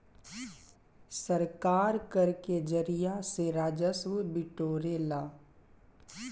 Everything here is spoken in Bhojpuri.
सरकार कर के जरिया से राजस्व बिटोरेला